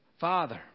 Father